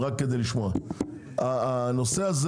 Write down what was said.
הנושא הזה